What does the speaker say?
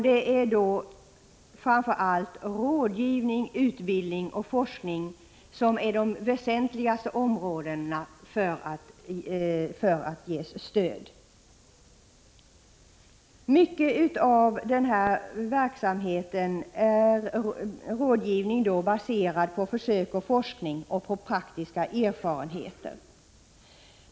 Det är framför allt rådgivning, utbildning och forskning som är angelägna områden för statligt stöd. Mycket av verksamheten utgörs av rådgivning, baserad på försök och forskning och på praktiska erfarenheter.